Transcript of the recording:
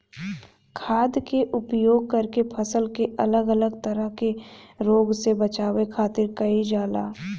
खाद्य के उपयोग करके फसल के अलग अलग तरह के रोग से बचावे खातिर कईल जाला